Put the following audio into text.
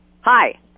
Hi